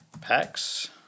packs